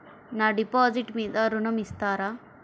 నా డిపాజిట్ మీద ఋణం ఇస్తారా?